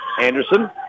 Anderson